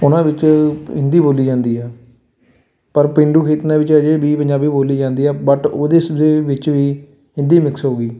ਉਹਨਾਂ ਵਿੱਚ ਹਿੰਦੀ ਬੋਲੀ ਜਾਂਦੀ ਹੈ ਪਰ ਪੇਂਡੂ ਖੇਤਰਾਂ ਵਿੱਚ ਅਜੇ ਵੀ ਪੰਜਾਬੀ ਬੋਲੀ ਜਾਂਦੀ ਹੈ ਬਟ ਉਹਦੇ ਇਸ ਦੇ ਵਿੱਚ ਵੀ ਹਿੰਦੀ ਮਿਕਸ ਹੋ ਗਈ